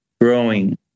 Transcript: growing